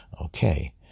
Okay